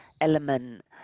element